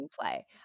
play